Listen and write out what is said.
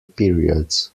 periods